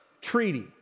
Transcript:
treaty